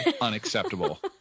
unacceptable